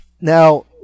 Now